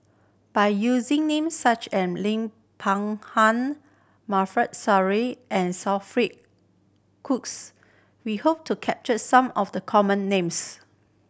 by using names such an Lim Peng Han and Cookes we hope to capture some of the common names